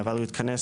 אבל הוא התכנס,